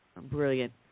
brilliant